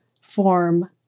form